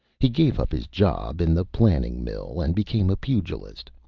he gave up his job in the planing mill and became a pugilist.